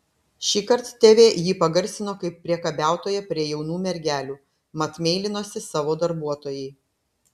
šįkart tv jį pagarsino kaip priekabiautoją prie jaunų mergelių mat meilinosi savo darbuotojai